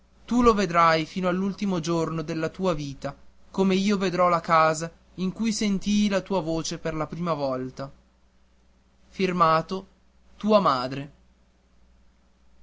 tu lo vedrai fino all'ultimo giorno della tua vita come io vedrò la casa in cui sentii la tua voce per la prima volta